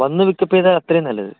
വന്ന് pick up ചെയ്താൽ അത്രയും നല്ലത്